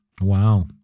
Wow